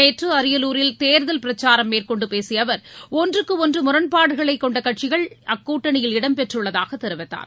நேற்று அரியலூரில் தேர்தல் பிரச்சாரம் மேற்கொண்டு பேசிய அவர் ஒன்றுக்கு ஒன்று முரண்பாடுகளை கொண்ட கட்சிகள் அக்கூட்டணியில் இடம்பெற்றுள்ளதாக தெரிவித்தார்